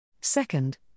Second